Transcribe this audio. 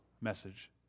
message